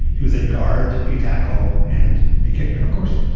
he was a guard a tackle and a kicker of course.